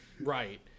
Right